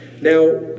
Now